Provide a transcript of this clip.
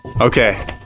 Okay